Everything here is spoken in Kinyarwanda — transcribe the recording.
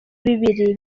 bibiri